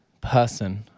person